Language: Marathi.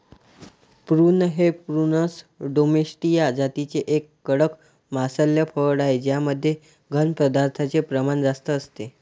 प्रून हे प्रूनस डोमेस्टीया जातीचे एक कडक मांसल फळ आहे ज्यामध्ये घन पदार्थांचे प्रमाण जास्त असते